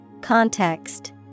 Context